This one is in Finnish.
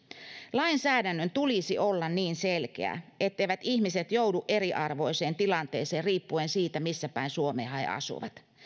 lainsäädännön tulisi olla niin selkeä etteivät ihmiset joudu eriarvoiseen tilanteeseen riippuen siitä missä päin suomea he he asuvat